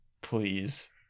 please